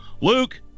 Luke